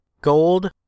gold